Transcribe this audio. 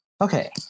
okay